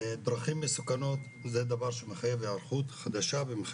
דרכים מסוכנות זה דבר שהוא מחייב היערכות חדשה והוא